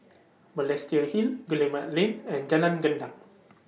Balestier Hill Guillemard Lane and Jalan Gendang